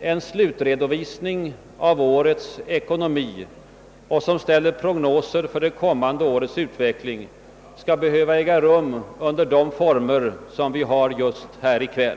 en slutredovisning av årets ekonomi och där det ställs prognoser för det kommande årets utveckling skall behöva äga rum under sådana former som tillämpats i kväll.